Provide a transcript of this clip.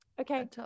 okay